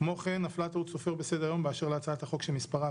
כמו כן נפלה טעות סופר בסדר היום באשר להצעת החוק שמספרה